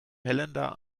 helena